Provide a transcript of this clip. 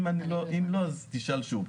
אם לא אז תשאל שוב.